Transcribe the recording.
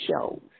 shows